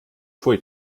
pfui